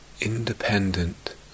independent